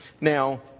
Now